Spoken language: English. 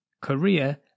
Korea